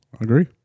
agree